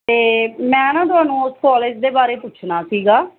ਅਤੇ ਮੈਂ ਨਾ ਤੁਹਾਨੂੰ ਉਸ ਕਾਲਜ ਦੇ ਬਾਰੇ ਪੁੱਛਣਾ ਸੀਗਾ